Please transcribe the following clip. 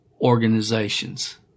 organizations